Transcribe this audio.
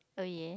oh yeah